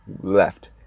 left